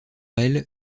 elles